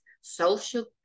social